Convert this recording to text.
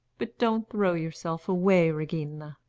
but don't throw yourself away, regina.